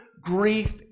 grief